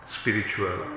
spiritual